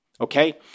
okay